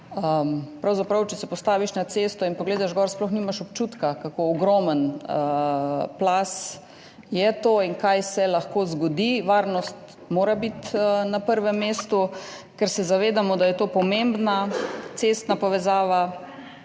pravzaprav, če se postaviš na cesto in pogledaš gor, sploh nimaš občutka, kako ogromen plaz je to in kaj se lahko zgodi. Varnost mora biti na prvem mestu, ker se zavedamo, da je to pomembna cestna povezava,